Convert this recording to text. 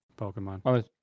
Pokemon